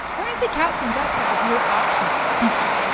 one other thing, captions, that's like if you're actually speaking.